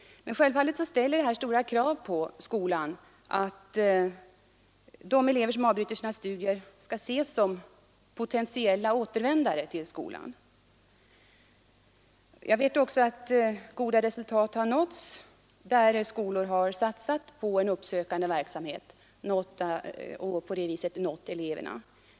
Självfallet ställer det stora krav på skolan att de elever som avbryter sina studier skall ses som potentiella återvändare till skolan. Jag vet också att goda resultat har åstadkommits där skolor har satsat på en uppsökande verksamhet och på det viset nått eleverna.